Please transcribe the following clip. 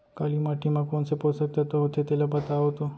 काली माटी म कोन से पोसक तत्व होथे तेला बताओ तो?